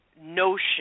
notion